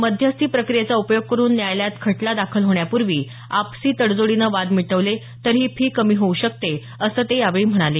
मध्यस्थी प्रक्रियेचा उपयोग करुन न्यायालयात खटला दाखल होण्यापूर्वी आपसी तडजोडीनं वाद मिटवले तर ही फी कमी होऊ शकते असं ते यावेळी म्हणाले